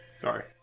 Sorry